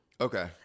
Okay